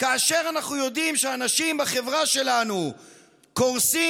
כאשר ואנחנו יודעים שאנשים בחברה שלנו קורסים.